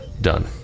Done